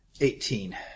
Eighteen